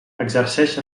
exerceix